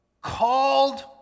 called